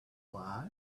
lie